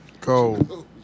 Cold